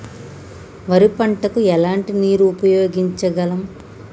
వరి పంట కు ఎలాంటి నీరు ఉపయోగించగలం?